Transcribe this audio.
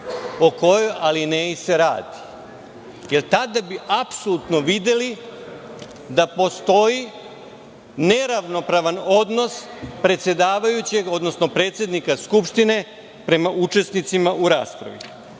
o kojoj alineji se radi, jer tada bi apsolutno videli da postoji neravnopravan odnos predsedavajućeg, odnosno predsednika Skupštine prema učesnicima u raspravi. Činjenica